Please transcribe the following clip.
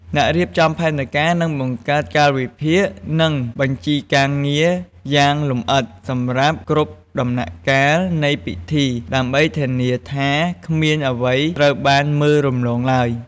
អ្នករៀបចំផែនការនឹងបង្កើតកាលវិភាគ និងបញ្ជីការងារយ៉ាងលម្អិតសម្រាប់គ្រប់ដំណាក់កាលនៃពិធី ដើម្បីធានាថាគ្មានអ្វីត្រូវបានមើលរំលងឡើយ។